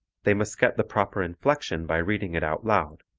they must get the proper inflection by reading it out loud.